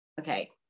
okay